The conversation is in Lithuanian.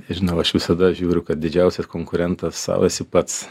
žinau aš visada žiūriu kad didžiausias konkurentas sau esi pats